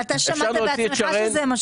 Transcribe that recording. אנחנו רק לא מצליחים להבין על איזה שר